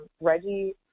reggie